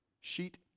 sheet